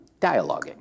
dialoguing